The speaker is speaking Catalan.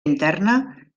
interna